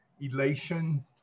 elation